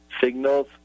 signals